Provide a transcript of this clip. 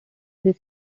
this